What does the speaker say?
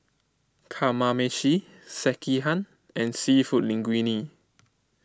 Kamameshi Sekihan and Seafood Linguine